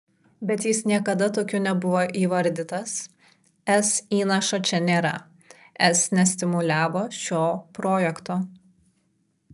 bet jis niekada tokiu nebuvo įvardytas es įnašo čia nėra es nestimuliavo šio projekto